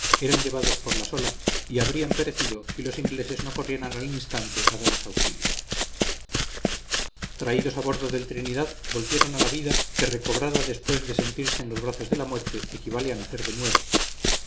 eran llevados por las olas y habrían perecido si los ingleses no corrieran al instante a darles auxilio traídos a bordo del trinidad volvieron a la vida que recobrada después de sentirse en los brazos de la muerte equivale a nacer de nuevo